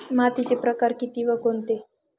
मातीचे प्रकार किती व कोणते?